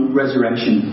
resurrection